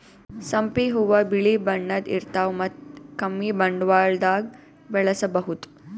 ಸಂಪಿಗ್ ಹೂವಾ ಬಿಳಿ ಬಣ್ಣದ್ ಇರ್ತವ್ ಮತ್ತ್ ಕಮ್ಮಿ ಬಂಡವಾಳ್ದಾಗ್ ಬೆಳಸಬಹುದ್